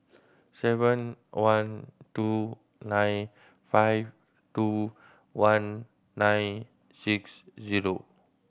seven one two nine five two one nine six zero